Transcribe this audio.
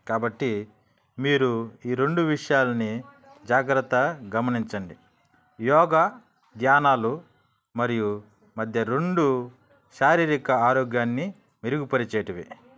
కాబట్టి మీరు ఈ రెండు విషయాలని జాగ్రత్తగా గమనించండి యోగా ధ్యానాలు మరియు మధ్య రెండు శారీరక ఆరోగ్యాన్ని మెరుగుపరిచేవి